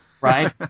Right